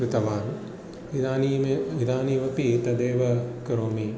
कृतवान् इदानीम् इदानीमपि तदेव करोमि